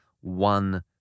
one